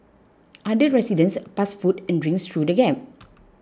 other residents passed food and drinks through the gap